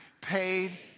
Paid